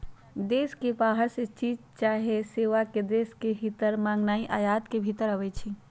देश के बाहर से चीज चाहे सेवा के देश के भीतर मागनाइ आयात के भितर आबै छइ